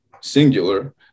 singular